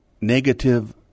negative